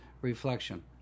reflection